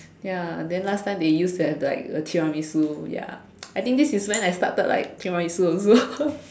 ya and then last time they used to have like the tiramisu ya I think this is when I started like the tiramisu also